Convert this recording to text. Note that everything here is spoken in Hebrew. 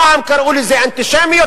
פעם קראו לזה אנטישמיות,